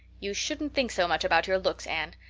you shouldn't think so much about your looks, anne.